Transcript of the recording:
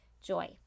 joy